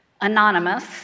Anonymous